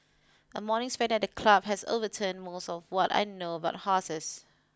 a morning spent at the club has overturned most of what I know about horses